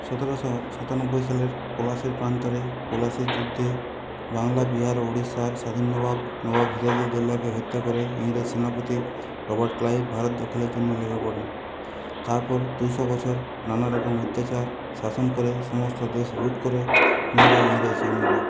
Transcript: সতেরোশো সাতানব্বই সালের পলাশীর প্রান্তরে পলাশীর যুদ্ধে বাংলা বিহার ও উড়িষ্যার স্বাধীন নবাব নবাব সিরাজউদ্দৌলাকে হত্যা করে ইংরেজ সেনাপতি রবার্ট ক্লাইভ ভারত দখলের জন্য লেগে পরেন তারপর দুশো বছর নানারকম অত্যাচার শাসন করে সমস্ত দেশ লুট করে নিয়ে যায় ইংরেজ সৈন্যরা